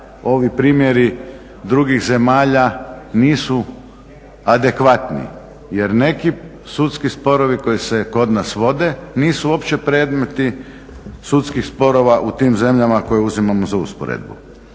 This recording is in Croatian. ovi primjeri drugih zemalja nisu adekvatni. Jer neki sudski sporovi koji se kod nas vode nisu uopće predmeti sudskih sporova u tim zemljama koje uzimamo za usporedbu.